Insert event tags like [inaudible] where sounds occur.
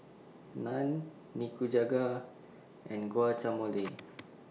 Naan Nikujaga and [unintelligible]